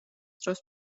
დროს